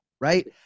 right